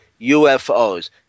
UFOs